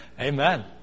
Amen